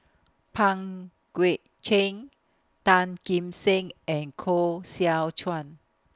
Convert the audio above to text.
Pang Guek Cheng Tan Kim Seng and Koh Seow Chuan